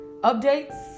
updates